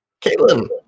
Caitlin